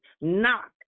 Knock